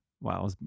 Wow